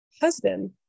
husband